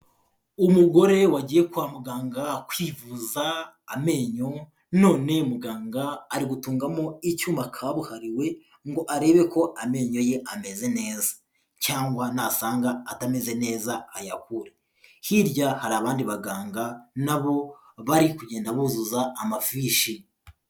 Umugore wagiye kwa muganga kwivuza amenyo none muganga ari gutungamo icyuma kabuhariwe ngo arebe ko amenyo ye ameze neza cyangwa nasanga atameze neza ayakure. Hirya hari abandi baganga na bo bari kugenda buzuza amafishi.